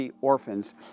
orphans